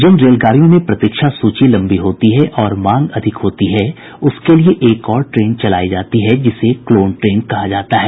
जिन रेलगाड़ियों में प्रतीक्षा सूची लंबी होती है और मांग अधिक होती है उसके लिये एक और ट्रेन चलायी जाती है जिसे क्लोन ट्रेन कहा जाता है